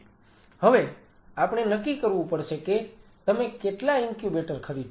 હવે આપણે નક્કી કરવું પડશે કે તમે કેટલા ઇન્ક્યુબેટર ખરીદશો